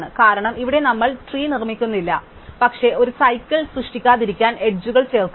കാരണം ഇവിടെ നമ്മൾ ട്രീ നിർമ്മിക്കുന്നില്ല പക്ഷേ ഒരു സൈക്കിൾ സൃഷ്ടിക്കാതിരിക്കാൻ അരികുകൾ ചേർക്കുന്നു